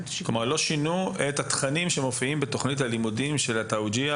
כלומר לא שינו את התכנים שמופיעים בתוכנית הלימודים של התאוג'יהי,